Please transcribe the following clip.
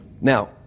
Now